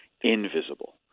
invisible